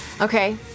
Okay